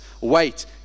wait